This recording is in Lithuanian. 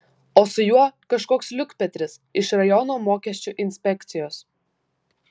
o su juo kažkoks liukpetris iš rajono mokesčių inspekcijos